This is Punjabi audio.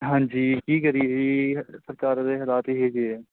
ਹਾਂਜੀ ਕੀ ਕਰੀਏ ਜੀ ਸਰਕਾਰ ਦੇ ਹਾਲਾਤ ਹੀ ਇਹੋ ਜਿਹੇ ਆ